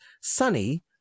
sunny